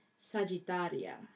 Sagittaria